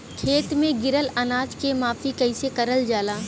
खेत में गिरल अनाज के माफ़ी कईसे करल जाला?